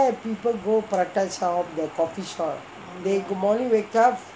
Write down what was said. people go prata shop the coffee shop they morning wake up